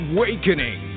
Awakening